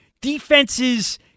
defenses